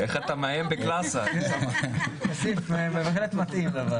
אתה תהיה החבר בוועדה מטעם המשותפת?